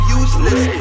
useless